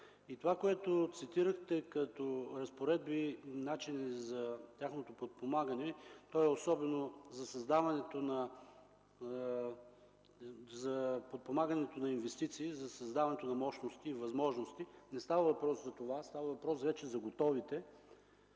Това, което цитирахте като разпоредби и начини за тяхното подпомагане, е за подпомагането на инвестиции, за създаването на мощности и възможности. Не става въпрос за това, а за вече готовите.